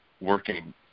working